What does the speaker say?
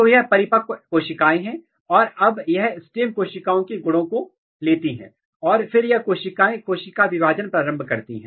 तो यह परिपक्व कोशिकाएं हैं और अब यह स्टेम कोशिकाओं के गुणों को लेती है और फिर यह कोशिकाएं कोशिका विभाजन प्रारंभ करती है